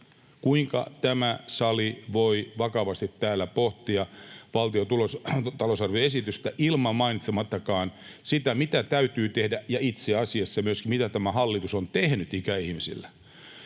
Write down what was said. Kuinka tämä sali voi vakavasti täällä pohtia valtion talousarvioesitystä mainitsemattakaan sitä, mitä täytyy tehdä? Ja itse asiassa, mitä tämä hallitus on tehnyt ikäihmisille?